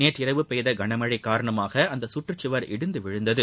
நேற்று இரவு பெய்த கனமழை காரணமாக அந்த சுற்றுச்சுவர் இடிந்து விழுந்தது